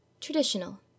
Traditional